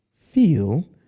feel